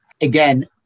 Again